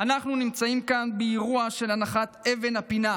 אנחנו נמצאים כאן באירוע של הנחת אבן הפינה.